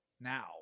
now